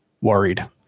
worried